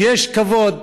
יש כבוד.